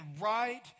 right